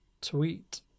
tweet